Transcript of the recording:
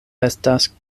estas